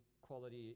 quality